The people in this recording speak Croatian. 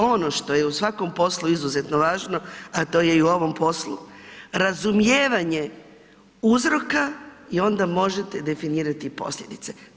Ono što je u svakom poslu izuzetno važno, a to je i u ovom poslu, razumijevanje uzroka i onda možete definirati posljedice.